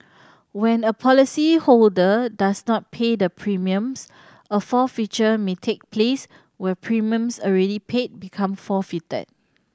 when a policyholder does not pay the premiums a forfeiture may take place where premiums already paid become forfeited